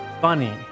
funny